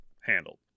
handled